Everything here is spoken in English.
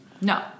No